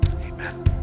Amen